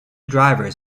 drivers